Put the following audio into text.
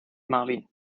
marvin